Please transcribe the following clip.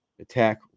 Attack